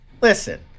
listen